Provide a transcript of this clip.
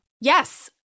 Yes